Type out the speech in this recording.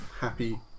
happy